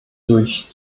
durch